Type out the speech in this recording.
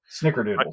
Snickerdoodles